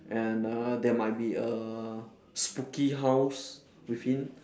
and uh there might be a spooky house within